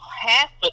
half